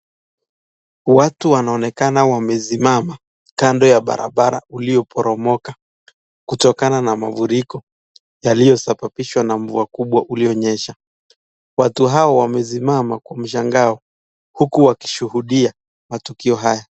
Watu wanaonekana wamesimama kando ya barabara ulioporomoka, kutokana na mafuriko yaliyosababishwa na mvua kubwa ulionyesha. Watu hawa wamesimama kwa mshangao, huku wakishuhudia matukio haya.